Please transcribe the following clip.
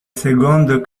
seconde